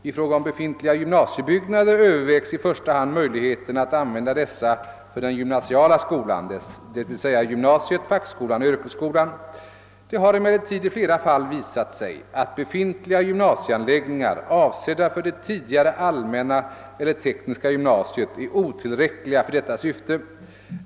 I fråga om befintliga gymnasiebyggnader övervägs i första hand möjligheten att använda dessa för den gymnasiala skolan, d. v. s. gymnasiet, fackskolan och yrkesskolan. Det har emellertid i flera fall visat sig att befintliga gymnasieanläggningar avsedda för det tidigare allmänna eller tekniska gymnasiet är otillräckliga för detta syfte.